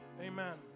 Amen